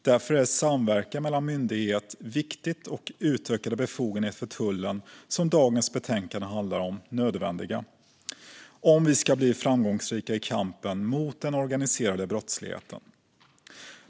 Därför är samverkan mellan myndigheter viktig och utökade befogenheter för tullen, som dagens betänkande handlar om, nödvändiga om vi ska bli framgångsrika i kampen mot den organiserade brottsligheten.